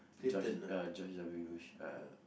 George uh George-W-Bush uh